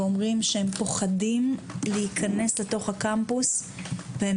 ואומרים שהם פוחדים להיכנס לתוך הקמפוס והם